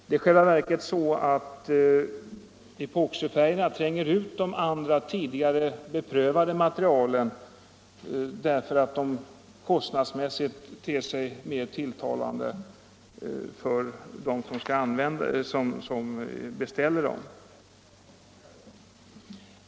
Det är i själva verket så att epoxifärgerna tränger ut de andra, beprövade materialen, därför att de nya kostnadsmässigt ter sig mer tilltalande för dem som beställer materialen.